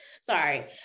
sorry